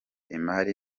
imari